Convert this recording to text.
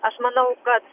aš manau kad